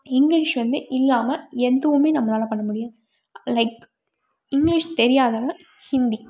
English வந்து இல்லாமால் எதுவும் நம்மளால் பண்ணமுடியாது லைக் இங்கிலீஷ் தெரியாதவன் ஹிந்தி